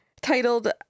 Titled